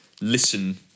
listen